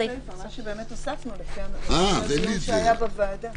בסיפה, מה שבאמת הוספנו לפי הדיון שהיה בוועדה.